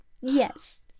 Yes